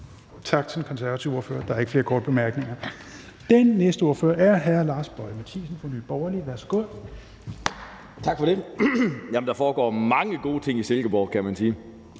Tak til den konservative ordfører. Der er ikke flere korte bemærkninger. Næste ordfører er hr. Lars Boje Mathiesen, Nye Borgerlige. Værsgo. Kl. 11:00 (Ordfører) Lars Boje Mathiesen (NB): Tak for det. Jamen der foregår mange gode ting i Silkeborg, kan man sige.